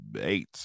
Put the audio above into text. eight